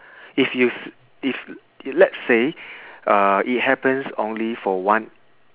if you s~ if let's say uh it happens only for one